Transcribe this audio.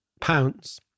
pounds